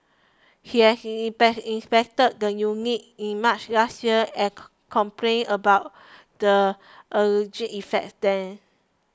he had inspect inspected the unit in March last year and complained about the alleged defects then